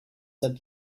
said